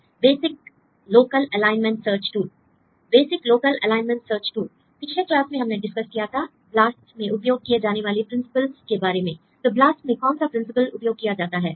student basic local alignment search tool l basic local alignment search tool पिछले class में हमने discuss किया था ब्लास्ट में उपयोग किए जाने वाले प्रिंसिपल के बारे में l तो ब्लास्ट में कौन सा प्रिंसिपल उपयोग किया जाता है